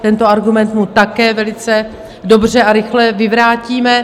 Tento argument mu také velice dobře a rychle vyvrátíme.